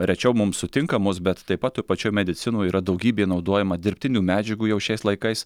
rečiau mums sutinkamos bet taip pat toj pačioj medicinoj yra daugybė naudojama dirbtinių medžiagų jau šiais laikais